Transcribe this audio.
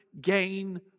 gain